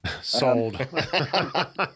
Sold